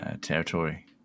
territory